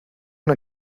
una